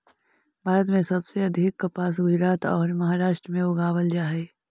भारत में सबसे अधिक कपास गुजरात औउर महाराष्ट्र में उगावल जा हई